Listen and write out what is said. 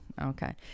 Okay